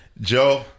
Joe